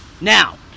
Now